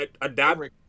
Adapt